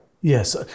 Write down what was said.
Yes